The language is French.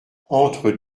entre